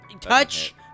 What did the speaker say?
Touch